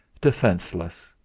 Defenseless